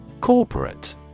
Corporate